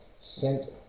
sent